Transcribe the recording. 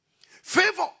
Favor